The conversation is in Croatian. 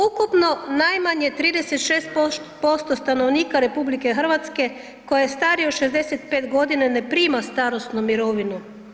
Ukupno najmanje 36% stanovnika RH koje je starije od 65 g. ne prima starosnu mirovinu.